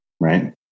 right